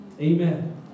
Amen